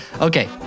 Okay